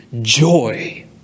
joy